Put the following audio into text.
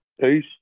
Peace